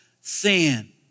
sin